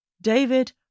David